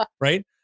right